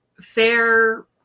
fair